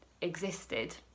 existed